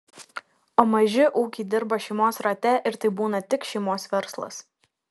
o maži ūkiai dirba šeimos rate ir tai būna tik šeimos verslas